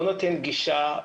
לא נותן גישה,